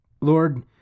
Lord